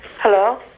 Hello